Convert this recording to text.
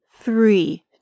Three